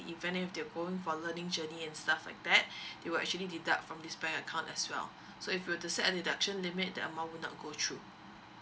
if any of them have to go for learning journey and stuff like that they will actually deduct from this bank account as well so if you were to set any deduction limit the amount would not go through